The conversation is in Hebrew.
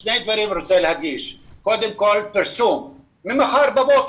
צריך להיות פרסום וזה צריך להיות מחר בבוקר.